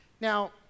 Now